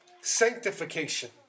Sanctification